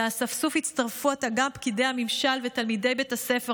אל האספסוף הצטרפו עתה גם פקידי הממשל ותלמידי בית ספר.